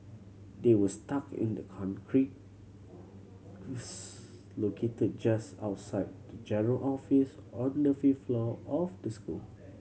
they were stuck in the concrete located just outside the general office on the fifth floor of the school